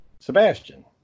Sebastian